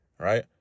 Right